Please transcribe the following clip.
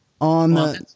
On